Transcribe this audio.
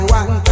one